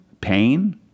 pain